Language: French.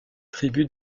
tribu